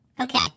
Okay